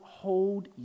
hold